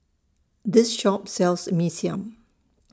This Shop sells Mee Siam